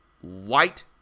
white